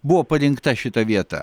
buvo parinkta šita vieta